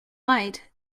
light